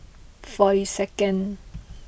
forty second